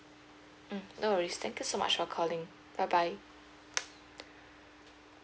mm no worries thank you so much for calling bye bye